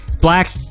Black